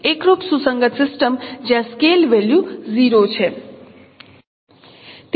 એકરૂપ સુસંગત સિસ્ટમ જ્યાં સ્કેલ વેલ્યુ 0 છે